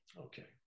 Okay